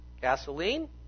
Gasoline